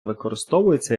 використовується